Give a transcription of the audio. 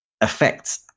affects